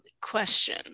question